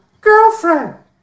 girlfriend